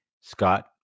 Scott